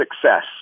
success